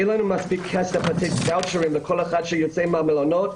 אין לנו מספיק כסף לתת וואוצ'רים לכל אחד שיוצא מהמלונות.